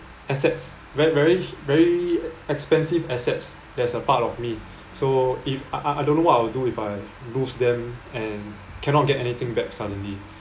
assets ver~ very very expensive assets that's a part of me so if I I don't know what I would do if I lose them and cannot get anything back suddenly